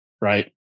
Right